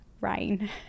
rain